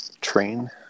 train